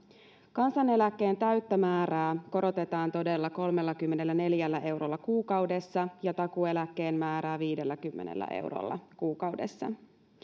kansaneläkkeen täyttä määrää korotetaan todella kolmellakymmenelläneljällä eurolla kuukaudessa ja takuueläkkeen määrää viidelläkymmenellä eurolla kuukaudessa